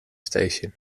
station